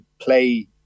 play